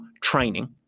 training